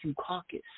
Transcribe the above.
caucus